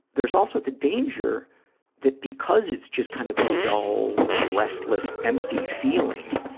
there's also the danger that because it's just kind of a dull, restless, empty feeling,